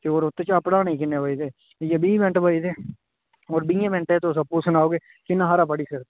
ते होर ओह्दे चा पढ़ाने गी किन्ने बचदे इ'यै बीह् मैंट्ट बचदे होर बीहें मैंट्टें च तुस आपूं सनाओ कि किन्ना हारा पड़ी सकदा